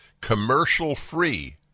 commercial-free